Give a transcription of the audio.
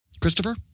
Christopher